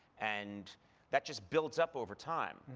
and that just builds up over time.